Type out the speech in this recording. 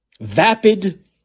Vapid